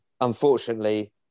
Unfortunately